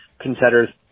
consider